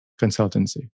consultancy